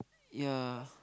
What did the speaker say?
ya